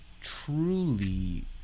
truly